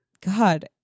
God